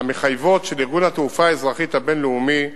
של ארגון התעופה האזרחית הבין-לאומי,